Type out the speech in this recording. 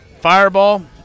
Fireball